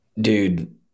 Dude